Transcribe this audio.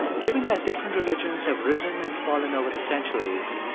given that different religions have risen and fallen over the centuries,